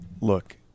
look